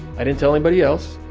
i didn't tell anybody else,